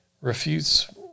refutes